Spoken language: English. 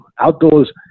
outdoors